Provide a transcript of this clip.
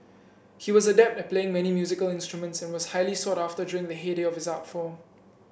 he was adept at playing many musical instruments and was highly sought after during the heyday of his art form